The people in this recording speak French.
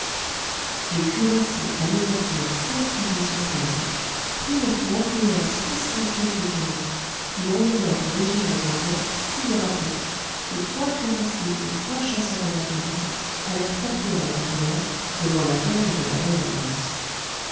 les cuirassiers anéantirent sept carrés sur treize prirent ou enclouèrent soixante pièces de canon et enlevèrent aux régiments anglais six drapeaux que trois cuirassiers et trois chasseurs de la garde allèrent porter à l'empereur devant la ferme de la